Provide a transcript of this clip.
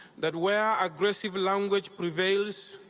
that where aggressive language prevails,